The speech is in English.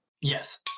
Yes